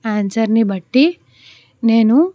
ఆన్సర్ని బట్టి నేను